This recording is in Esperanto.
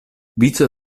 vico